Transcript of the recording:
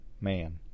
man